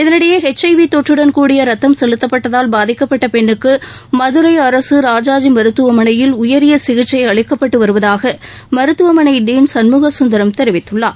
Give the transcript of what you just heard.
இதனிடையே H I V தொற்றுடன் கூடிய ரத்தம் செலுத்தப்பட்டதால் பாதிக்கப்பட்ட பெண்ணுக்கு மதுரை அரசு ராஜாஜி மருத்துவமனையில் உயரிய சிகிச்சை அளிக்கப்பட்டு வருவதாக மருத்துவமனை டீன் சண்முகசுந்தரம் தெரிவித்துள்ளார்